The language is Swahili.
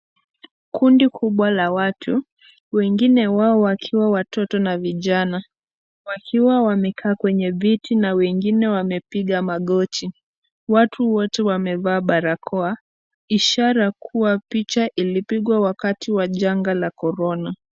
Kundi kubwa la watu wengine wao wakiwa watoto na vijana wakiwa wamekaa kwenye viti na wengine wamepiga magoti. Watu wote wamevaa barakoa ishara kuwa picha ilipigwa wakati wa janga la korona.